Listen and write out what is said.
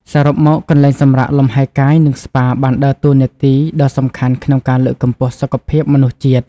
សរុបមក កន្លែងសម្រាកលំហែកាយ និងស្ប៉ាបានដើរតួនាទីដ៏សំខាន់ក្នុងការលើកកម្ពស់សុខភាពមនុស្សជាតិ។